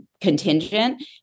contingent